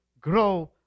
Grow